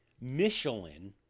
Michelin